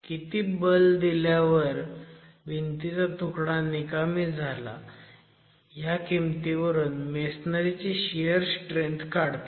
किती बल दिल्यावर भिंतीचा तुकडा निकामी झाला ह्या किमतीवरून मेसनरी ची शियर स्ट्रेंथ काढतात